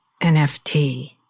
NFT